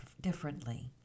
differently